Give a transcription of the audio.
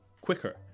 quicker